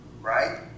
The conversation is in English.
right